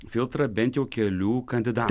filtrą bent jau kelių kandida